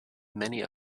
many